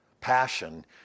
passion